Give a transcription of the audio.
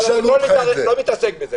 אני לא מתעסק בזה,